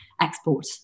export